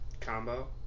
Combo